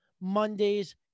Mondays